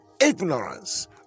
ignorance